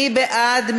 מי בעד?